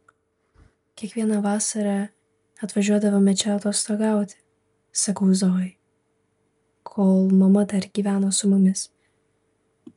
kiekvieną vasarą atvažiuodavome čia atostogauti sakau zojai kol mama dar gyveno su mumis